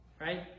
right